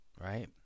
right